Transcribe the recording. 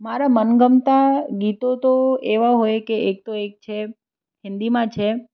મારા મનગમતાં ગીતો તો એવાં હોય કે એક તો એક છે હિન્દીમાં છે